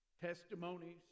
testimonies